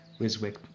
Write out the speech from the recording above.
Wiswick